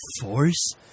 force